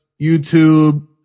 YouTube